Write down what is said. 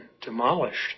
demolished